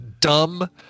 dumb